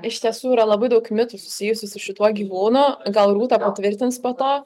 iš tiesų yra labai daug mitų susijusių su šituo gyvūnu gal rūta patvirtins po to